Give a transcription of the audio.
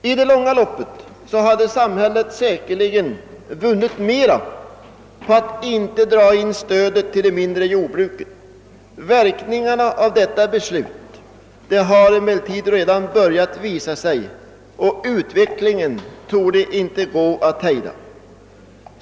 I det långa loppet hade samhället säkerligen vunnit mera på att inte dra in stödet till det mindre jordbruket. Verkningarna av detta beslut har emellertid redan börjat visa sig, och utvecklingen torde inte gå att hejda.